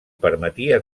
permetia